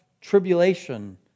tribulation